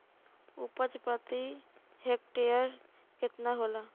उपज प्रति हेक्टेयर केतना होला?